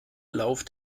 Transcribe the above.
lauf